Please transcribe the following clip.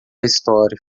história